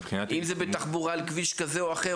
אם זה בתחבורה על כביש כזה או אחר,